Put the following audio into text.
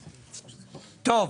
טוב,